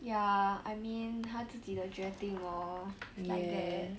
ya I mean 他自己的决定 lor it's like eh